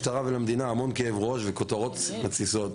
ולמשטרה המון כאב ראש וכותרות מתסיסות.